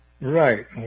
Right